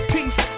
Peace